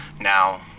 now